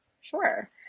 Sure